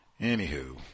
Anywho